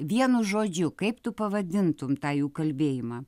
vienu žodžiu kaip tu pavadintum tą jų kalbėjimą